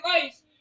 place